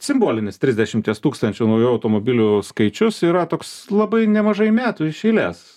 simbolinis trisdešimties tūkstančių naujų automobilių skaičius yra toks labai nemažai metų įšilęs